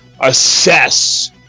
assess